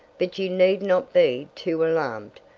but you need not be too alarmed.